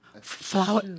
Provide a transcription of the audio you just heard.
Flower